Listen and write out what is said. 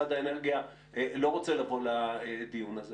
משרד האנרגיה לא רוצה לבוא לדיון הזה